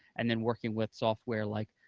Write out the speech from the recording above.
and then working with software like